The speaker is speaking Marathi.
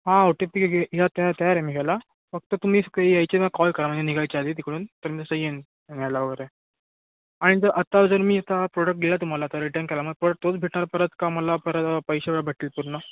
हां ओ टी पी घे या त्या तयार आहे मी घ्यायला फक्त तुम्ही स यायचे वेळी कॉल करा म्हणजे निघायच्या आधी तिकडून तर मी तसं येईन न्यायला वगैरे आणि जर आत्ता जर मी आता प्रोडक्ट दिला तुम्हाला तर रिटर्न केला मग परत तोच भेटणार परत का मला परत पैसे वगैरे भेटतील पूर्ण